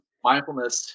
Mindfulness